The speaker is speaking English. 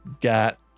got